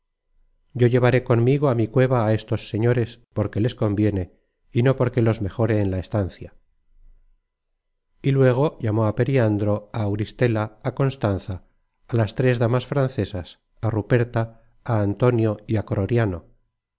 yo llevaré conmigo á mi cueva á estos señores porque les conviene y no porque los mejore en la estancia y luego llamó á periandro á auristela á constanza á las tres damas francesas á ruperta á antonio y